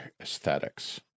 aesthetics